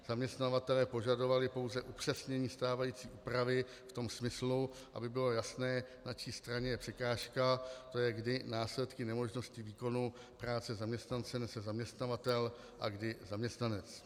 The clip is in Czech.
Zaměstnavatelé požadovali pouze upřesnění stávající úpravy v tom smyslu, aby bylo jasné, na čí straně je překážka, tj. kdy následky nemožnosti výkonu práce zaměstnance nese zaměstnavatel a kdy zaměstnanec.